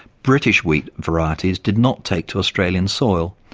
british wheat varieties did not take to australian soil,